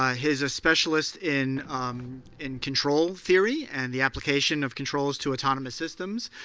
ah he's a specialist in in control theory and the application of controls to autonomous systems,